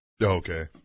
Okay